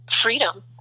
freedom